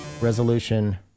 Resolution